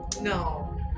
No